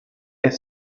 est